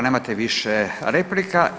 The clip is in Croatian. Nemate više replika.